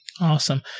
Awesome